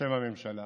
בשם הממשלה